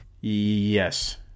yes